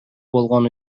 болгону